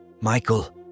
Michael